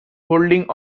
holding